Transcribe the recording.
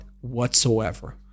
whatsoever